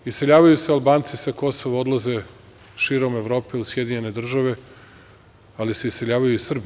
Iseljavaju se Albanci sa Kosova, odlaze širom Evrope u SAD, ali se iseljavaju i Srbi.